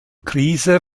krise